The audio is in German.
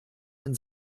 den